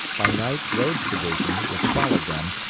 by night rodes' division, which followed them,